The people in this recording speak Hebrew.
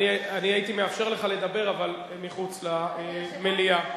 אני הייתי מאפשר לך לדבר, אבל מחוץ למליאה.